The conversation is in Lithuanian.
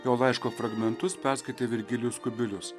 jo laiško fragmentus perskaitė virgilijus kubilius